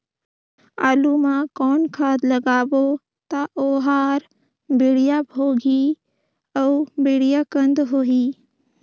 आलू मा कौन खाद लगाबो ता ओहार बेडिया भोगही अउ बेडिया कन्द होही?